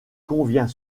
convient